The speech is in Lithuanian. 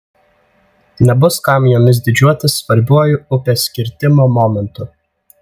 nebus kam jomis didžiuotis svarbiuoju upės kirtimo momentu